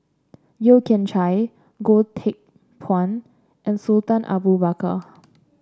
Yeo Kian Chye Goh Teck Phuan and Sultan Abu Bakar